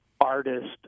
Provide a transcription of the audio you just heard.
artist